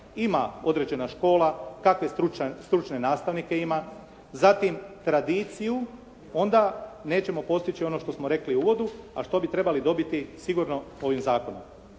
ima određena škola, kakve stručne nastavnike ima, zatim tradiciju, onda nećemo postići ono što smo rekli u uvodu, a što bi trebali dobiti sigurno ovim zakonom.